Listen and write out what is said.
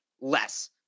less